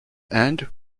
end